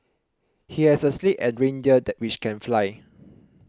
he has a sleigh and reindeer that which can fly